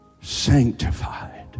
sanctified